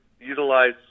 utilize